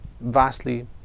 vastly